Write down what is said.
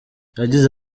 yagize